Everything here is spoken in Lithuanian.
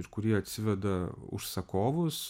ir kurie atsiveda užsakovus